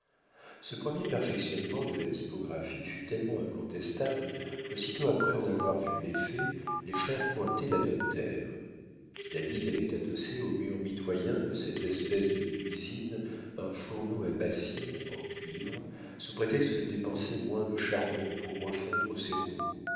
ce premier perfectionnement de la typographie fut tellement incontestable qu'aussitôt après en avoir vu l'effet les frères cointet l'adoptèrent david avait adossé au mur mitoyen de cette espèce de cuisine un fourneau à bassine en cuivre sous prétexte de dépenser moins de charbon pour refondre ses